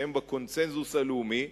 שהם בקונסנזוס הלאומי,